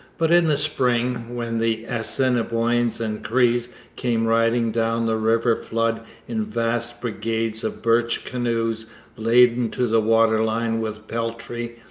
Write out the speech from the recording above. but in the spring, when the assiniboines and crees came riding down the river flood in vast brigades of birch canoes laden to the waterline with peltry,